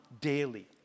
daily